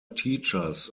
teachers